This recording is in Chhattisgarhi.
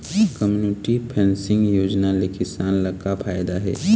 कम्यूनिटी फेसिंग योजना ले किसान ल का फायदा हे?